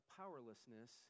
powerlessness